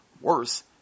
Worse